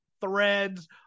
threads